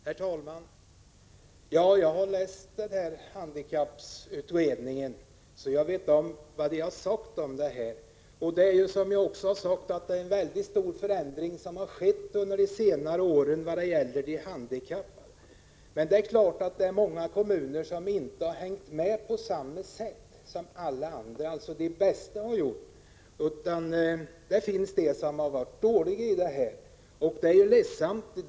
Herr talman! Jag har läst handikapputredningen, så jag vet vad den har sagt om detta. Det har på senare år skett en mycket stor förändring vad gäller handikappades förhållanden, men det är klart att många kommuner inte har hängt med på samma sätt som de bästa har gjort, utan det finns de som har följt med dåligt på detta område. Det är ledsamt.